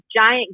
giant